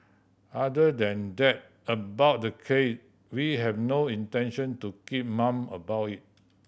other than that about the case we have no intention to keep mum about it